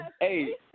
Hey